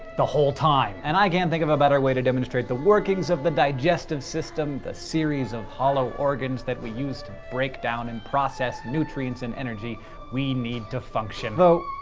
the whole time! and i can't think of a better way to demonstrate the workings of the digestive system, the series of hollow organs that we use to break down and process the nutrients and energy we need to function. though.